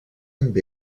amb